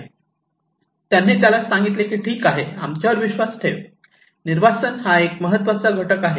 त्यांनी त्याला सांगितले की ठीक आहे आमच्यावर विश्वास ठेव निर्वासन हा एक महत्त्वाचा घटक आहे